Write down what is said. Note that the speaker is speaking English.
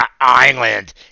Island